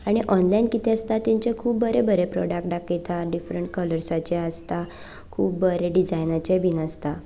आनी ऑनलायन किदें आसता तेंचे खूब बरे बरे प्रोडक्ट दाखयतात डिफरंट कलर्साचे आसता खूब बरे डिजायनाचे बीन आसता